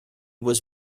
was